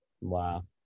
Wow